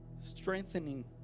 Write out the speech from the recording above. strengthening